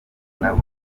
nabo